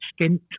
skint